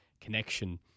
connection